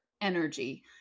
energy